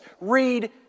Read